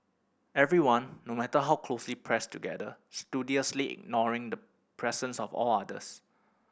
everyone no matter how closely pressed together studiously ignoring the presence of all others